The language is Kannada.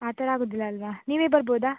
ಆ ಥರ ಆಗೋದಿಲ್ಲ ಅಲ್ಲವಾ ನೀವೇ ಬರ್ಬೋದಾ